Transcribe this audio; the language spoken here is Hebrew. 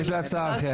אני יש לי הצעה אחרת.